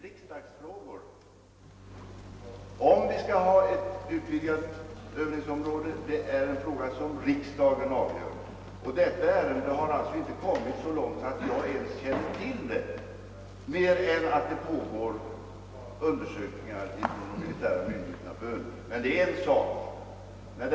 Herr talman! Vad vi här talar om är riksdagsfrågor. Om övningsområdet skall utvidgas eller inte är en fråga som riksdagen avgör. Ärendet har inte kommit så långt att jag känner till mer än att de militära myndigheterna på ön håller på med undersökningar.